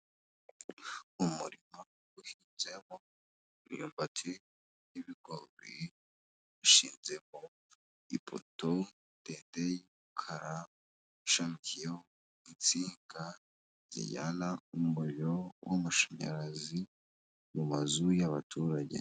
Umurima uhinzemo imyumbati n'ibigo ushinzemo ipoto ndende ishamikiyeho insinga z'ijyana umuriro w'amashanyarazi mu mazu y'abaturage.